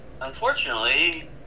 unfortunately